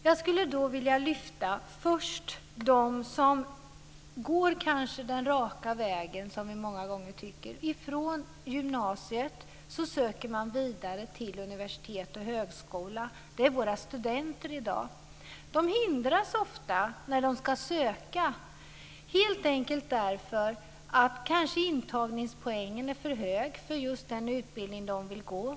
Jag vill först lyfta fram dem som går den raka vägen från gymnasiet och som söker vidare till universitet och högskola - våra studenter i dag. De hindras ofta när de ska söka helt enkelt därför att intagningspoängen kanske är för hög på just den utbildning som de vill gå.